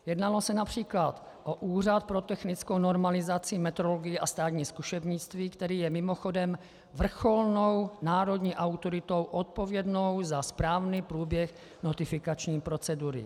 Jednalo se například o Úřad pro technickou normalizaci, metrologii a státní zkušebnictví, který je mimochodem vrcholnou národní autoritou odpovědnou za správný průběh notifikační procedury. .